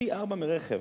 פי-ארבעה מרכב.